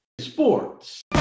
Sports